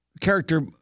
character